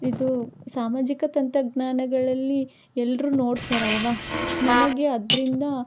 ಇದು ಸಾಮಾಜಿಕ ತಂತ್ರಜ್ಞಾನಗಳಲ್ಲಿ ಎಲ್ಲರೂ ನೋಡ್ತಾರಲ್ವಾ ನಮಗೆ ಅದರಿಂದ